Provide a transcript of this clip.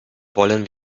wollen